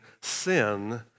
sin